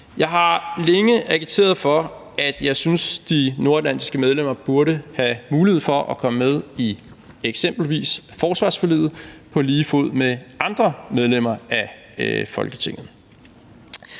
Jeg har længe agiteret for, at jeg synes, de nordatlantiske medlemmer burde have mulighed for at komme med i eksempelvis forsvarsforliget på lige fod med andre medlemmer af Folketinget.